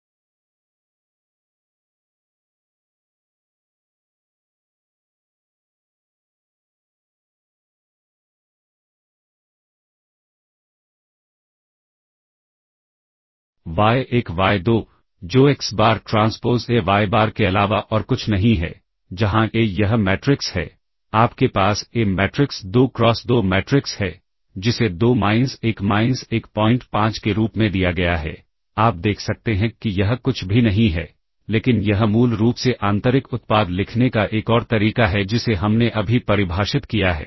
वाय1वाय2 जो x bar transpose A y bar के अलावा और कुछ नहीं है जहां ए यह मैट्रिक्स है आपके पास ए मैट्रिक्स 2 क्रॉस 2 मैट्रिक्स है जिसे 2 माइनस 1 माइनस 15 के रूप में दिया गया है आप देख सकते हैं कि यह कुछ भी नहीं है लेकिन यह मूल रूप से आंतरिक उत्पाद लिखने का एक और तरीका है जिसे हमने अभी परिभाषित किया है